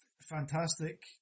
fantastic